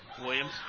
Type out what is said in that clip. Williams